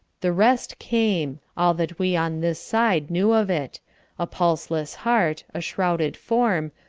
the rest came all that we on this side knew of it a pulseless heart, a shrouded form,